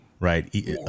Right